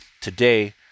Today